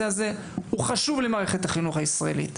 הזה חשוב למערכת החינוך הישראלית,